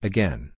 Again